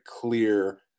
clear